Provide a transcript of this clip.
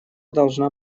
должна